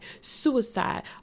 suicide